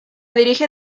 dirige